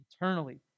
eternally